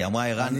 כשהיא אמרה ער"ן,